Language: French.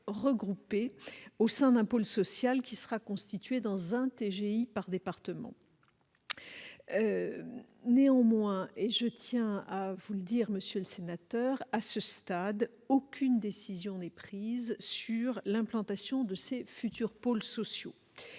au sein d'un pôle social constitué dans un TGI par département. Néanmoins, à ce stade, je tiens à vous le dire, monsieur le sénateur, aucune décision n'est prise quant à l'implantation des futurs pôles sociaux.